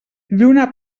lluna